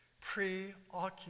Preoccupied